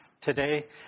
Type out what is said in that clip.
today